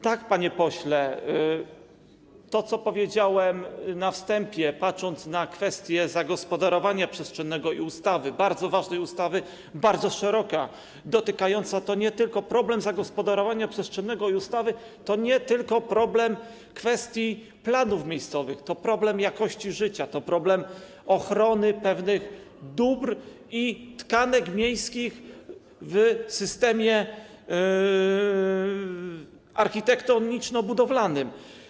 Tak, panie pośle, jak powiedziałem na wstępie, patrząc na kwestię zagospodarowania przestrzennego i kwestię ustawy, bardzo ważnej ustawy, bardzo szeroko dotykającej tych spraw, widzimy, że to nie tylko problem zagospodarowania przestrzennego i tej ustawy, to nie tylko problem planów miejscowych, to problem jakości życia, to problem ochrony pewnych dóbr i tkanek miejskich w systemie architektoniczno-budowlanym.